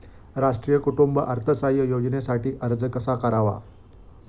राष्ट्रीय कुटुंब अर्थसहाय्य योजनेसाठी अर्ज कसा करावा?